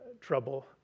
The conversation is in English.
trouble